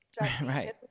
Right